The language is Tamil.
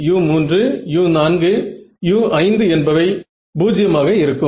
u1u2u3u4u5 என்பவை 0 ஆக இருக்கும்